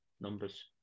numbers